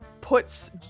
puts